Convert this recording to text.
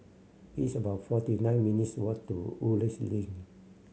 it's about forty nine minutes' walk to Woodleigh Link